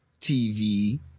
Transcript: TV